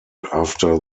after